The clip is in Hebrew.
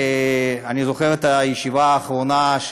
אני זוכר את הישיבה האחרונה,